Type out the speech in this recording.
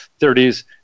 30s